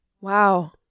Wow